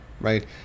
Right